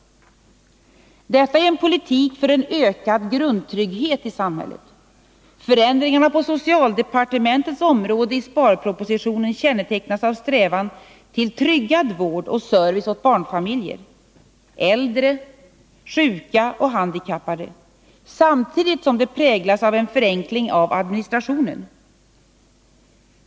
Detta är en politik för en ökad grundtrygghet i samhället. Förändringarna på socialdepartementets område i sparpropositionen kännetecknas av strävan till tryggad vård och service åt barnfamiljer, äldre, sjuka och handikappade, samtidigt som de präglas av en förenkling av administrationen.